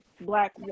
black